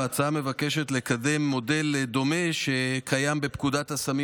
ההצעה מבקשת לקדם מודל דומה שקיים בפקודת הסמים